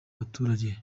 abaturage